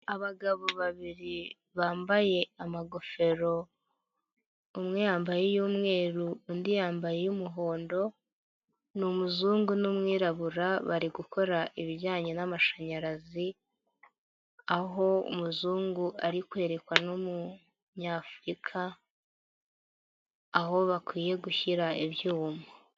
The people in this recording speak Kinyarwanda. Abagabo babiri bambaye amagofero, umwe yambaye y'umweru, undi yambaye umuhondo ni umuzungu n'umwirabura bari gukora ibijyanye n'amashanyarazi, aho umuzungu ari kwerekwa n'umunyafrika aho bakwiye gushyira ibyuma.